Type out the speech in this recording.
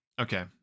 Okay